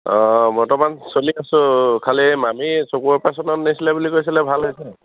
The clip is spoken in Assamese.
অঁ অঁ বৰ্তমান চলি আছোঁ খালী সেই মামীৰ চকুৰ অপাৰেশ্যনত নিছিলে বুলি কৈছিলে ভাল হৈছেনে নাই